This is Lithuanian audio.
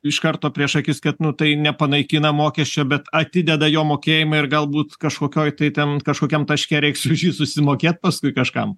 iš karto prieš akis kad nu tai nepanaikina mokesčio bet atideda jo mokėjimą ir galbūt kažkokioj tai ten kažkokiam taške reiks už jį susimokėt paskui kažkam